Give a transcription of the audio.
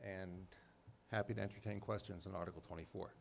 and happy to entertain questions an article twenty four